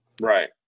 Right